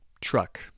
truck